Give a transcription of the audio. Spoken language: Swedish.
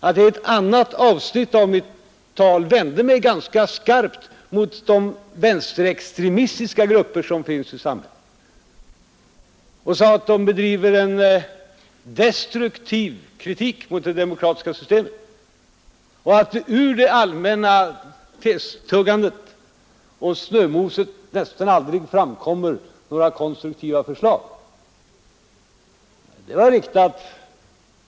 I ett annat avsnitt av mitt anförande vände jag mig ganska skarpt mot de vänsterextremistiska grupper som finns i samhället, och jag sade att de driver en destruktiv kritik mot det demokratiska systemet och att det ur det allmänna testuggandet och snömoset nästan aldrig framkommer några konstruktiva förslag.